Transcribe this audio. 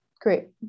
great